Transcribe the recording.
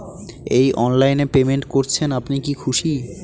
এই অনলাইন এ পেমেন্ট করছেন আপনি কি খুশি?